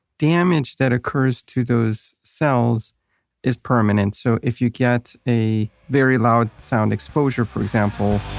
damage that occurs to those cells is permanent. so if you get a very loud sound exposure, for example,